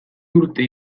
urte